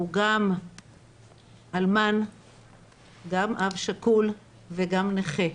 הוא גם אלמן גם אב שכול וגם נכה.